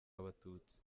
abatutsi